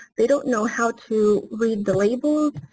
they don't know how to read the labels.